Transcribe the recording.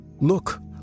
Look